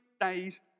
days